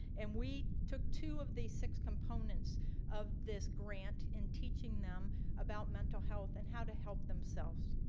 and we took two of the six components of this grant in teaching them about mental health and how to help themselves.